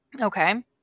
Okay